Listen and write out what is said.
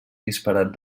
disparat